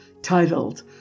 titled